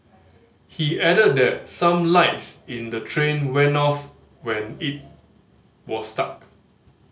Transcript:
he added that some lights in the train went off when it was stuck